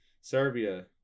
Serbia